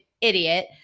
idiot